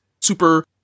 super